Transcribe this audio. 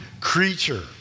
creature